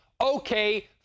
Okay